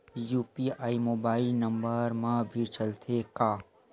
UPI mobile number मा भी चलते हे का?